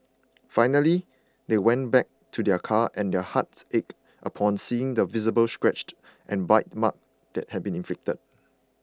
finally they went back to their car and their hearts ached upon seeing the visible scratches and bite marks that had been inflicted